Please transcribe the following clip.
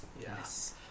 yes